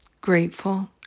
grateful